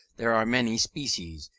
there are many species,